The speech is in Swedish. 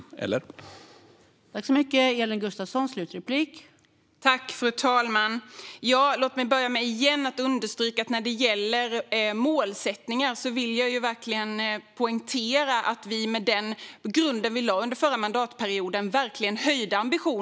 Stämmer den tolkningen?